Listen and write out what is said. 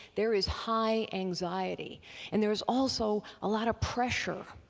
there is high anxiety and there's also a lot of pressure,